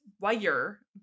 wire